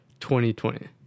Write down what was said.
2020